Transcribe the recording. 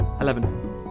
Eleven